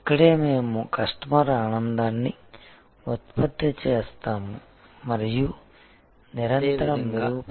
ఇక్కడే మేము కస్టమర్ ఆనందాన్ని ఉత్పత్తి చేస్తాము మరియు నిరంతరం మెరుగుపరుస్తాము